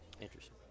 Interesting